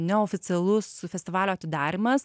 neoficialus festivalio atidarymas